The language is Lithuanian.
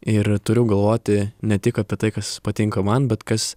ir turiu galvoti ne tik apie tai kas patinka man bet kas